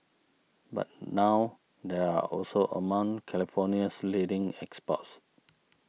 but now they are also among California's leading exports